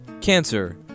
Cancer